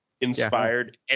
Inspired